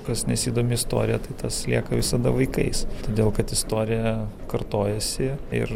kas nesidomi istorija tai tas lieka visada vaikais todėl kad istorija kartojasi ir